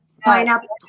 pineapple